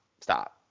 Stop